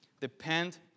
Depend